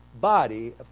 body